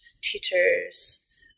teachers